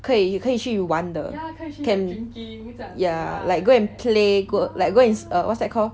可以可以去玩的 can ya can go and play and go and